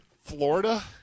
Florida